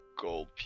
gold